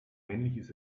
männliches